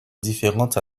différentes